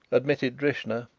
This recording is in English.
admitted drishna,